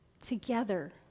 together